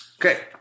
Okay